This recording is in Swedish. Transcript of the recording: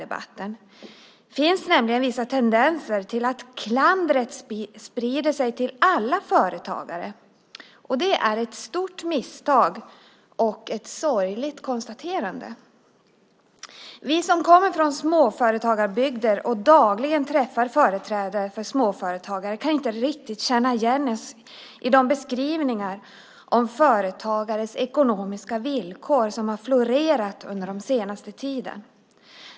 Det finns nämligen vissa tendenser till att klandret sprider sig till alla företagare, och det är ett stort misstag. Det är sorgligt att behöva konstatera det. Vi som kommer från småföretagarbygder och dagligen träffar företrädare för småföretagare kan inte riktigt känna igen oss i de beskrivningar om företagares ekonomiska villkor som har florerat under den senaste tiden.